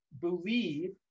believe